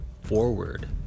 forward